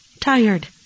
tired